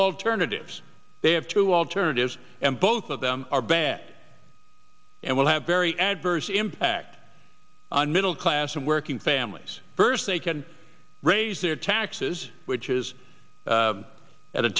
alternatives they have two alternatives and both of them are bad and will have very adverse impact on middle class and working families first they can raise their taxes which is at a